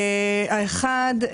אחת,